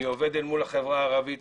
אני עובד אל מול החברה הערבית,